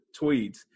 tweets